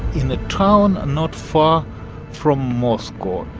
in a town not far from moscow,